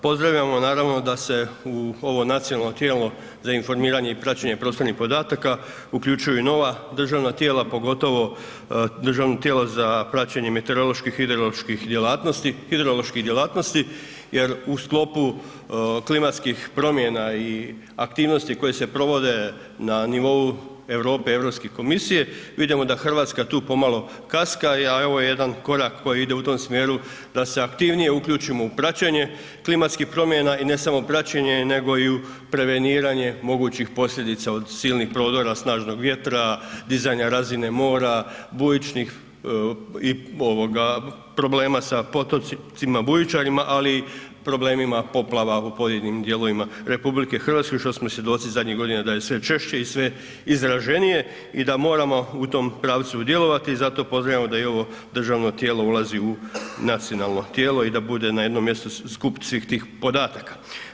Pozdravljamo naravno da se u ovo nacionalno tijelo za informiranje i praćenje prostornih podataka uključuju i nova državna tijela, pogotovo Državno tijelo za praćenje meteoroloških i hidroloških djelatnosti jer u sklopu klimatskih promjena i aktivnosti koje se provode na nivou Europe i Europske komisije, vidimo da Hrvatska tu pomalo kaska a evo jedan korak koji ide u tom smjeru da se aktivnije uključimo u praćenje klimatskih promjena i ne samo praćenje nego u i preveniranje mogućih posljedica od silnih prodora, snažnog vjetra, dizanja razine mora, problema sa potocima bujičarima ali i problemima poplava u pojedinim dijelovima RH što smo i svjedoci zadnjih godina da je sve češće i sve izraženije i da moramo u tom pravcu djelovati, zato pozdravljamo da i ovo državno tijelo ulazi u nacionalno tijelo i da bude na jednom mjestu skupu svih tih podataka.